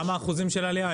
כמה אחוזים של עלייה?